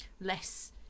less